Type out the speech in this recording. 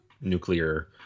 nuclear